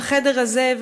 בחדר הזה,